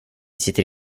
sitter